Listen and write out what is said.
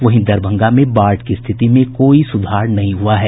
वहीं दरभंगा में बाढ़ की स्थिति में कोई सुधार नहीं हुआ है